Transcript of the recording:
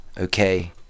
okay